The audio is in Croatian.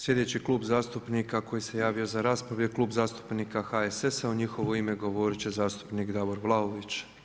Sljedeći klub zastupnika koji se javio za raspravu je Klub zastupnika HSS-a u njihovo ime govorit će zastupnik Davor Vlaović.